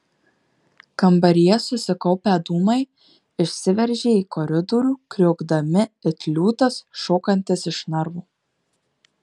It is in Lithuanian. kambaryje susikaupę dūmai išsiveržė į koridorių kriokdami it liūtas šokantis iš narvo